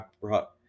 brought